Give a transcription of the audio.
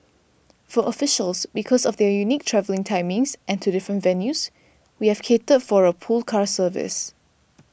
for officials because of their unique travelling timings and to different venues we have catered for a pool car service